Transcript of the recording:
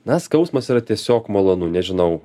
na skausmas yra tiesiog malonu nežinau